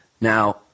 Now